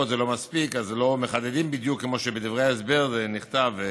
זה לא מספיק אז לא מחדדים בדיוק כמו שבדברי ההסבר זה נכתב.